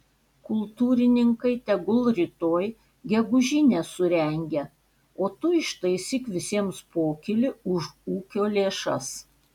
kultūrininkai tegul rytoj gegužinę surengia o tu ištaisyk visiems pokylį už ūkio lėšas